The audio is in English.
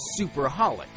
Superholic